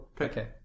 Okay